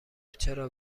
چرا